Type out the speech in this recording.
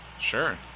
sure